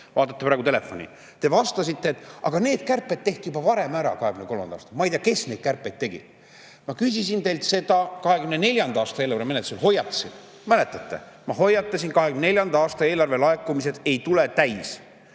Vaatate praegu telefoni. Te vastasite, et aga need kärped tehti juba varem ära, 2023. aastal. Ma ei tea, kes neid kärpeid tegi. Ma küsisin teilt seda 2024. aasta eelarve menetlusel ja hoiatasin – mäletate, ma hoiatasin! –, et 2024. aasta eelarve laekumised ei tule täis.